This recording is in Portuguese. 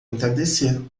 entardecer